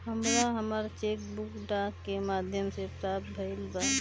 हमरा हमर cheque book डाक के माध्यम से प्राप्त भईल बा